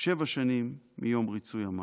שבע שנים מיום ריצוי המאסר.